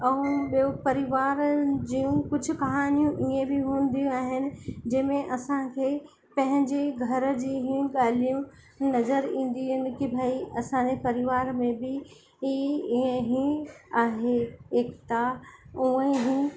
ॿियो परिवार जूं कुझु कहानियूं ईअं बि हूंदियूं आहिनि जंहिं में असांखे पंहिंजे घर जी ई ॻाल्हियूं नज़र ईंदियूं आहिनि कि भई असांजे परिवार में बि ई ईअं ई आहे एकता ऊअं ई